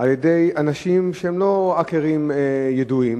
על-ידי אנשים שהם לא האקרים ידועים,